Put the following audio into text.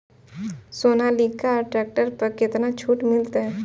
Sonalika tractor पर केतना छूट मिलते?